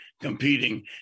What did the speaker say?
competing